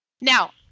Now